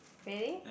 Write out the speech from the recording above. really